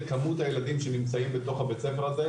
כמות הילדים שנמצאים בתוך הבית ספר הזה,